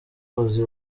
ruzi